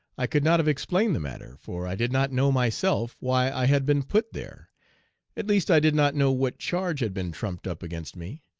i could not have explained the matter, for i did not know myself why i had been put there at least i did not know what charge had been trumped up against me,